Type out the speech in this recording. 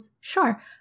Sure